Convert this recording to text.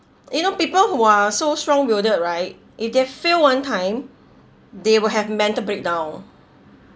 you know people who are so strong wielded right if they fail one time they will have mental breakdown